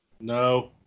No